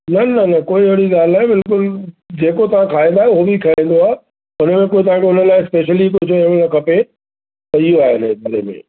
न न न कोई अहिड़ी ॻाल्हि न आहे बिल्कुलु जेको तव्हां खाइंदा हो बि खाईंदो आहे हुनमें को तव्हांखे हुन लाइ स्पेशली कुझु हुअण न खपे सई आहे मतिलब हीअ